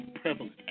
prevalent